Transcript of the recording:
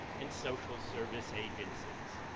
and social service agencies.